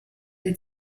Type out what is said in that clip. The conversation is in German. sie